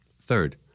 Third